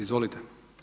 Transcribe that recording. Izvolite.